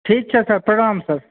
ठीक छै सर प्रणाम सर